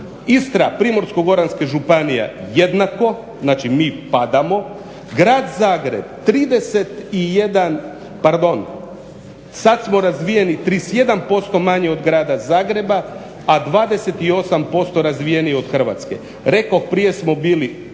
Istra, Primorsko-goranska županija jednako, znači mi padamo, Grad Zagreb 31, pardon, sad smo razvijeni 31% manje od Grada Zagreba, a 28% razvijeniji od Hrvatske. Rekoh, prije smo bili